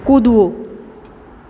કૂદવું